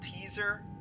teaser